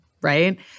right